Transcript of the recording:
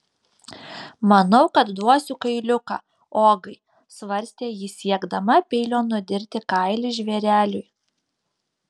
manau kad duosiu kailiuką ogai svarstė ji siekdama peilio nudirti kailį žvėreliui